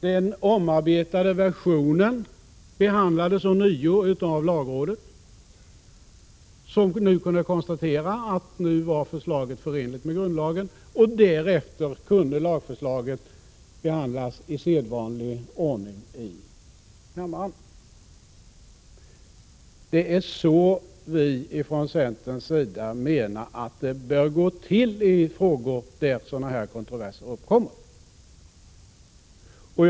Den omarbetade versionen behandlades ånyo av lagrådet, som då kunde konstatera att det nya förslaget var förenligt med grundlagen. Därefter kunde lagförslaget i sedvanlig ordning behandlas i kammaren. Det är på detta sätt som det enligt centerns mening bör gå till när det gäller frågor där sådana här kontroverser uppkommer.